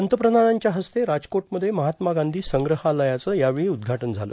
पंतप्रधानांच्या हस्ते राजकोटमध्ये महात्मा गांधी संग्रहालयाचं यावेळी उदघाटन झालं